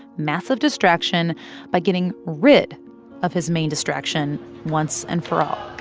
massive distraction by getting rid of his main distraction once and for all